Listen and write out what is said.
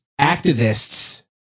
activists